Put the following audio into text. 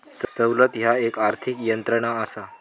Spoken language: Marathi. सवलत ह्या एक आर्थिक यंत्रणा असा